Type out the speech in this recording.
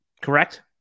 Correct